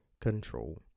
control